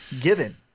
given